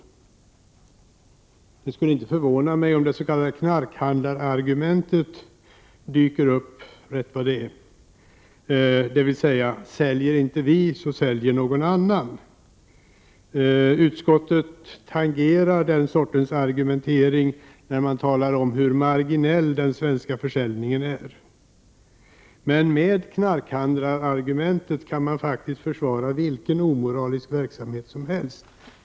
Det skulle inte förvåna mig om vi får höra det s.k. knarkhandlarargumentet dyka upp rätt som det är, dvs. säljer inte vi så säljer någon annan. Utskottet tangerar den sortens argumentering när man talar om hur marginell den svenska försäljningen är. Men med knarkhandlarargumentet kan man ju försvara vilken omoralisk verksamhet som helst.